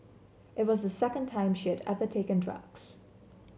it was the second time she had ever taken drugs